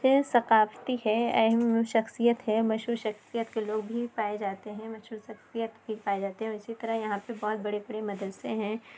یہ ثقافتی ہے اہم شخصیت ہے مشہور شخصیت کے لوگ بھی پائے جاتے ہیں مشہور شخصیت بھی پائے جاتے ہیں اور اسی طرح یہاں پہ بہت بڑے بڑے مدرسے ہیں